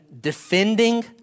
defending